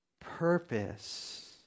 purpose